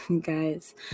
Guys